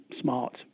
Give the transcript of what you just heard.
smart